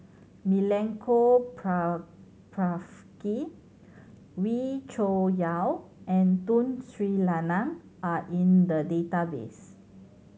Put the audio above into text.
Milenko Prvacki Wee Cho Yaw and Tun Sri Lanang are in the database